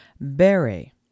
berry